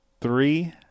three